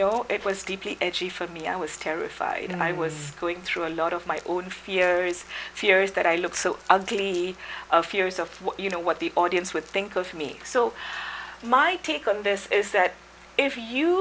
know it was deeply edgy for me i was terrified and i was going through a lot of my own fears fears that i look so ugly fears of what you know what the audience would think of me so my take on this is that if you